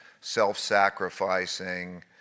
self-sacrificing